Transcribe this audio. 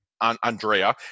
Andrea